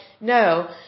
no